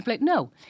No